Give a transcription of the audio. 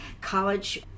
College